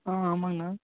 ஆ ஆமாங்கணா